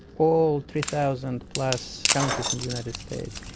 all three thousand plus counties in the united states,